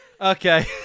Okay